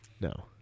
No